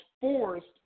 forced